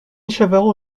chavarot